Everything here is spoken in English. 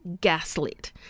gaslit